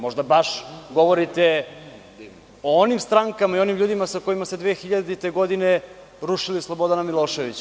Možda baš govorite o onim strankama i onim ljudima sa kojima ste 2000. godine rušili Slobodana Miloševića.